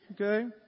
Okay